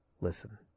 listen